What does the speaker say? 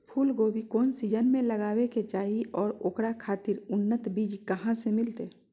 फूलगोभी कौन सीजन में लगावे के चाही और ओकरा खातिर उन्नत बिज कहा से मिलते?